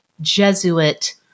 Jesuit